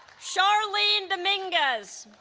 sharline dominguez